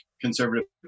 conservative